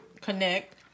connect